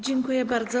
Dziękuję bardzo.